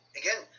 again